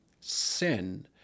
sin